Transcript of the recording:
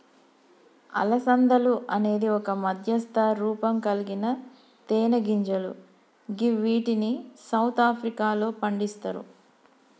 అలసందలు అనేది ఒక మధ్యస్థ రూపంకల్గిన తినేగింజలు గివ్విటిని సౌత్ ఆఫ్రికాలో పండిస్తరు